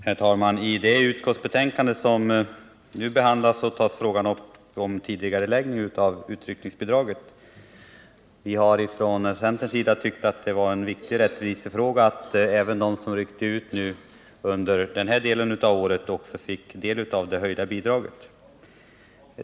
Herr talman! I det betänkande som nu behandlas tas frågan upp om tidigareläggning av en höjning av utryckningsbidraget. Vi har från centerns sida tyckt att det var en viktig rättvisefråga att även de som ryckte ut under den första hälften av året fick del av det höjda bidraget.